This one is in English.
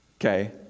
okay